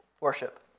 worship